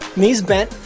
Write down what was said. knees bent,